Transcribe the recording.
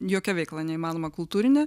jokia veikla neįmanoma kultūrinė